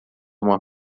uma